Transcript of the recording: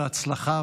בהצלחה,